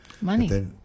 Money